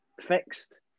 fixed